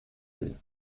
will